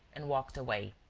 and walked away.